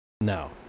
No